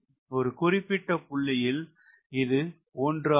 ஒரு குறிப்பிட்ட புள்ளியில் இது 1 ஆகும்